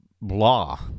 blah